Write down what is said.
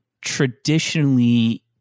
traditionally